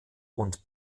und